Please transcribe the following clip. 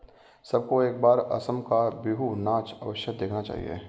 सबको एक बार असम का बिहू नाच अवश्य देखना चाहिए